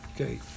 Okay